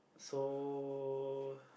so